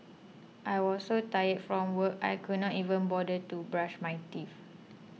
I was so tired from work I could not even bother to brush my teeth